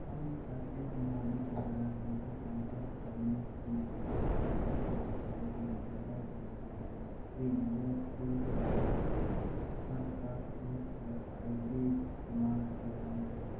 हम खाते के मालिक द्वारा हमसे सम्पर्क करने की प्रतीक्षा करते हैं जब उन्हें पता चलता है कि यह फ्रीज़ हो गया है अब आप से आई डी प्रमाण प्रदान कर करके अपनी पहचान साबित करने का अनुरोध करता हूँ इस खाते से लेनदेन को बहाल करने के लिए बाॅयोमीट्रिक पहचान कराएँ